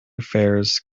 affairs